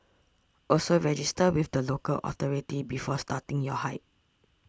also register with the local authority before starting your hike